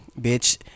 bitch